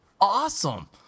awesome